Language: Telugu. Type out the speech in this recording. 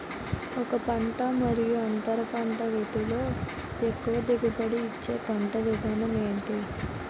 ఒక పంట మరియు అంతర పంట వీటిలో ఎక్కువ దిగుబడి ఇచ్చే పంట విధానం ఏంటి?